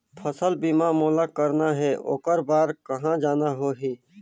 फसल बीमा मोला करना हे ओकर बार कहा जाना होही?